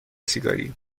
سیگاری